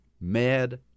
mad